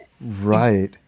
Right